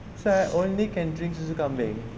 so I can only drink susu kambing